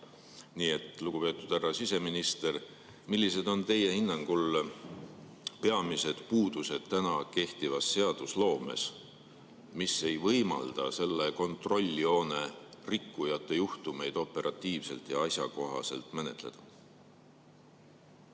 Nii et, lugupeetud härra siseminister, millised on teie hinnangul peamised puudused praeguses seadusloomes, mis ei võimalda selle kontrolljoone rikkujate juhtumeid operatiivselt ja asjakohaselt menetleda?